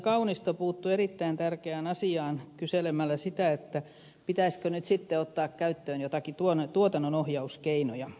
kaunisto puuttui erittäin tärkeään asiaan kyselemällä sitä pitäisikö nyt sitten ottaa käyttöön joitakin tuotannonohjauskeinoja